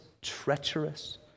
treacherous